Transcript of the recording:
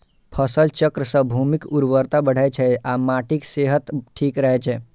फसल चक्र सं भूमिक उर्वरता बढ़ै छै आ माटिक सेहत ठीक रहै छै